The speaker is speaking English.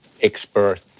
expert